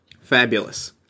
Fabulous